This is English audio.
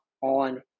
on